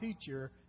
teacher